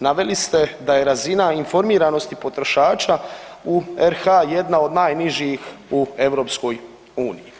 naveli ste da je razina informiranosti potrošača u RH jedna od najnižih u EU.